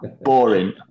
Boring